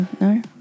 no